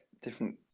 different